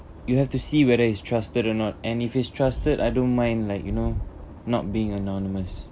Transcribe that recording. you have to see whether it's trusted or not and if it's trusted I don't mind like you know not being anonymous